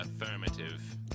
affirmative